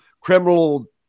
criminal